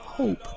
Hope